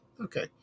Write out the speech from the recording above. Okay